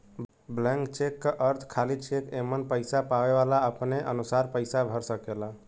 blank cheque क अर्थ खाली चेक एमन पैसा पावे वाला अपने अनुसार पैसा भर सकेला